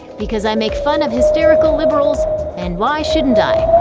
because i make fun of hysterical liberals and why shouldn't i?